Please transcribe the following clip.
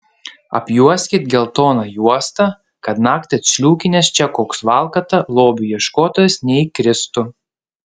apjuoskit geltona juosta kad naktį atsliūkinęs čia koks valkata lobių ieškotojas neįkristų